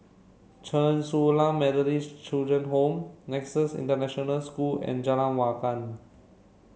Chen Su Lan Methodist Children Home Nexus International School and Jalan Awan